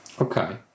okay